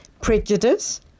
prejudice